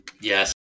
Yes